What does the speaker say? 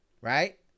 right